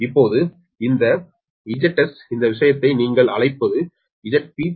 இப்போது இந்த 𝑍𝑠 இந்த விஷயத்தை நீங்கள் அழைப்பது 𝒁𝒑 ∗𝒂𝟐